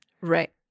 Right